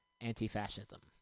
anti-fascism